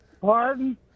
Pardon